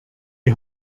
die